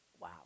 wow